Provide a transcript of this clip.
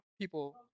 people